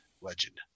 legend